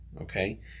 okay